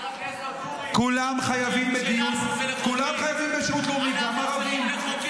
חבר הכנסת ואטורי, התפקיד שלנו זה לחוקק.